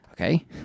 Okay